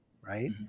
Right